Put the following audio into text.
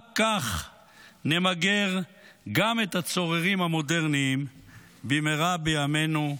רק כך נמגר גם את הצוררים המודרניים במהרה בימינו,